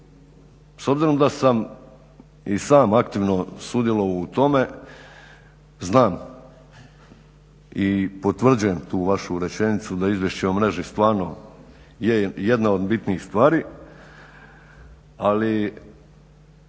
S obzirom da sam i sam aktivno sudjelovao u tome znam i potvrđujem tu vašu rečenicu da Izvješće o mreži stvarno je jedna od bitnih stvari, ali